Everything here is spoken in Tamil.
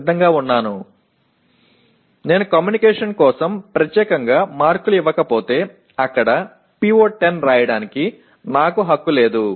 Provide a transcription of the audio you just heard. தகவல்தொடர்புக்கு நான் குறிப்பாக மதிப்பெண்கள் கொடுக்கவில்லை என்றால் அங்கு PO10 எழுத எனக்கு உரிமை இல்லை சரியா